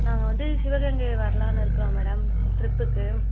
நாங்கள் வந்து சிவகங்கை வர்லான்னு இருக்கிறோம் மேடம் ட்ரிப்புக்கு